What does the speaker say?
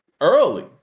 early